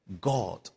God